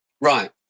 Right